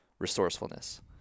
resourcefulness